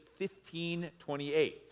1528